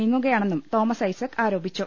നീങ്ങുകയാണെന്നും തോമസ് ഐസക് ആരോപിച്ചു